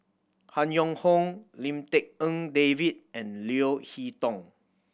Han Yong Hong Lim Tik En David and Leo Hee Tong